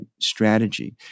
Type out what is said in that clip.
strategy